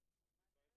שזה לא